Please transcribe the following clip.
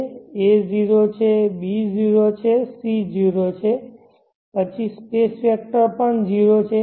a 0 છે b 0 છે c 0 છે પછી સ્પેસ વેક્ટર પણ 0 છે